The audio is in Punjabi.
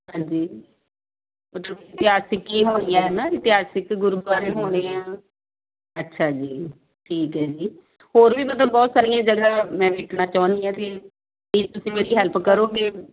ਹਾਂਜੀ ਮਤਲਬ ਇਤਿਹਾਸਿਕ ਹੀ ਹੋਣੀਆਂ ਹੈ ਨਾ ਇਤਿਹਾਸਿਕ ਗੁਰਦੁਆਰੇ ਹੋਣੇ ਆ ਅੱਛਾ ਜੀ ਠੀਕ ਹੈ ਜੀ ਹੋਰ ਵੀ ਮਤਲਬ ਬਹੁਤ ਸਾਰੀਆਂ ਜਗ੍ਹਾ ਮੈਂ ਦੇਖਣਾ ਚਾਹੁੰਦੀ ਹਾਂ ਵੀ ਕੀ ਤੁਸੀਂ ਮੇਰੀ ਹੈਲਪ ਕਰੋਗੇ